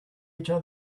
each